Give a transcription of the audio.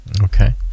Okay